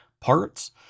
parts